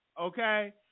Okay